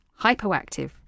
Hypoactive